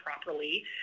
properly